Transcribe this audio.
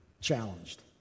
Challenged